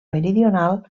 meridional